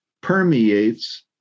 permeates